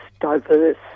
diverse